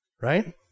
Right